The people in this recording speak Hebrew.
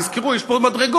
תזכרו שיש פה עוד מדרגות,